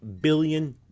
billion